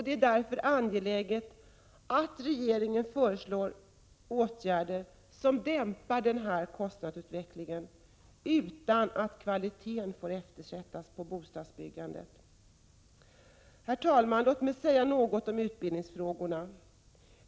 Det är därför angeläget att regeringen föreslår åtgärder som dämpar kostnadsutvecklingen, utan att kvaliteten på bostadsbyggandet eftersätts. Herr talman! Låt mig säga något om utbildningsfrågorna.